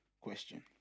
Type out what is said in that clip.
question